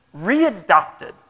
readopted